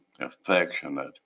affectionate